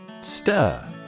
Stir